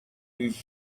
plus